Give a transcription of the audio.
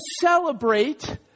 celebrate